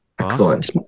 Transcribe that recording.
Excellent